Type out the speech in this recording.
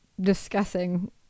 discussing